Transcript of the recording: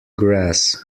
grass